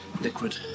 liquid